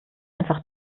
einfach